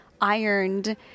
ironed